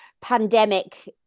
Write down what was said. pandemic